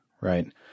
Right